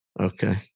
Okay